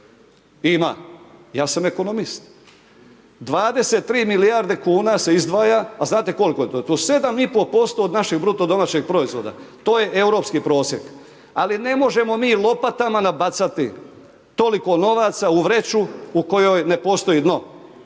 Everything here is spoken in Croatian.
Ima. Ja sam ekonomist. 23 milijarde kune se izdvaja, a znate koliko je to? To je 7 i pol posto od našeg bruto domaćeg proizvoda, to je europski prosjek, ali ne možemo mi lopatama nabacati toliko novaca u vreću u kojoj ne postoji dno.